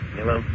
Hello